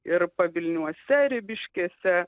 ir pavilniuose ribiškėse